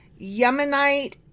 Yemenite